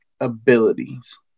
abilities